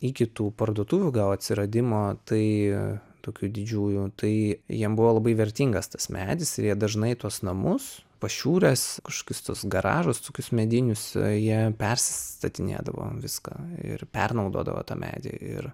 iki tų parduotuvių gal atsiradimo tai tokių didžiųjų tai jiem buvo labai vertingas tas medis ir jie dažnai tuos namus pašiūres kažkokius tuos garažus tokius medinius jie perstatinėdavo viską ir pernaudodavo tą medį ir